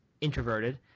introverted